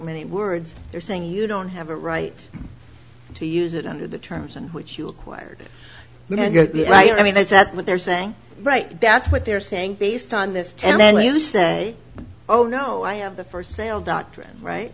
many words they're saying you don't have a right to use it under the terms in which you acquired the right i mean that's that what they're saying right that's what they're saying based on this test then you say oh no i have the first sale doctrine right